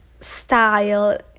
style